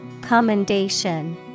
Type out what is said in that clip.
Commendation